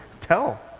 Tell